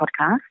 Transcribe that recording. podcast